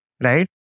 right